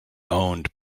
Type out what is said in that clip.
owned